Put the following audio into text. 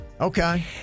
okay